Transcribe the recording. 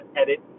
edit